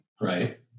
Right